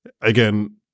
again